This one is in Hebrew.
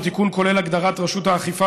התיקון כולל הגדרה של רשות האכיפה